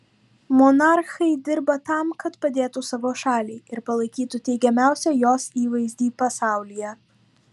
monarchai dirba tam kad padėtų savo šaliai ir palaikytų teigiamiausią jos įvaizdį pasaulyje